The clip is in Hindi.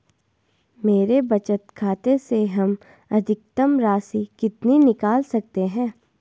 मेरे बचत खाते से हम अधिकतम राशि कितनी निकाल सकते हैं?